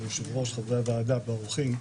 היושב-ראש, חברי הוועדה והאורחים,